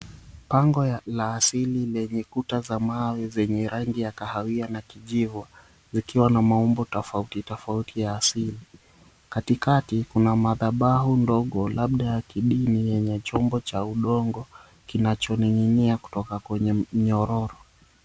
Pango la asili lenye kuta za mawe zenye rangi ya kahawia na kijivu, zikiwa na maumbo tofauti tofauti ya asili. Katikati, kuna madhabahu ndogo labda ya kidini yenye chombo cha udongo kinachoning'inia kutoka kwenye mnyororo.